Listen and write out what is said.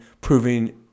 proving